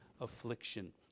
affliction